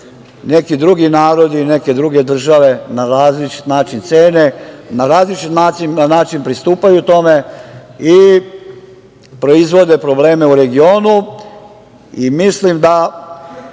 neki drugi narodi, neke druge države na različit način cene, na različit način pristupaju tome i proizvode probleme u regionu. Mislim da